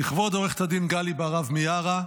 לכבוד עורכת הדין גלי בהרב מיארה,